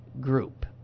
group